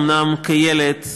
אומנם כילד,